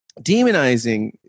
demonizing